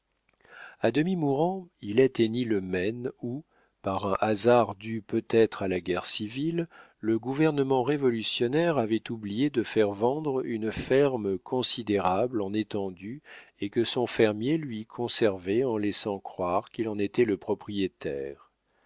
a demi mourant il atteignit le maine où par un hasard dû peut-être à la guerre civile le gouvernement révolutionnaire avait oublié de faire vendre une ferme considérable en étendue et que son fermier lui conservait en laissant croire qu'il en était le propriétaire